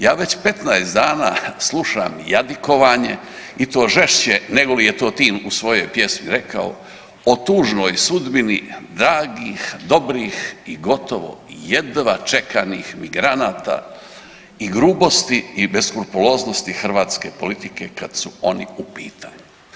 Ja već 15 dana slušam jadikovanje i to žešće nego li je to Tin u svojoj pjesmi rekao o tužnoj sudbini dragih, dobrih i gotovo jedva čekanih migranata i grubosti i beskrupuloznosti hrvatske politike kad su oni u pitanju.